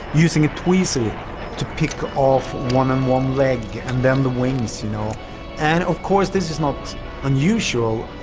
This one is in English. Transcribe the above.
using tweezers to pick off one and one leg and then the wings. you know and of course this is not unusual,